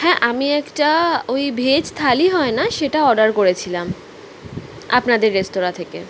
হ্যাঁ আমি একটা ওই ভেজ থালি হয় না সেটা অর্ডার করেছিলাম আপনাদের রেস্তরাঁ থেকে